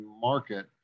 market